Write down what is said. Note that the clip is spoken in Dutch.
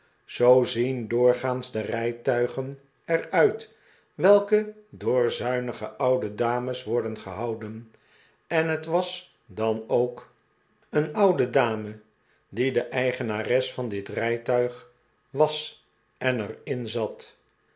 zoo zien doorgaans de rijtuigen er uit welke door zuinige oude dames worden gehouden en het was dan ook een oude dame die de eigenares van dit rijtuig was en er in zat